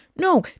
No